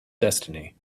destiny